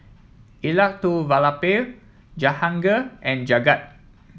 Elattuvalapil Jahangir and Jagat